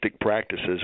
practices